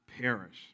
perish